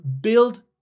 build